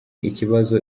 ikibazo